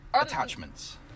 Attachments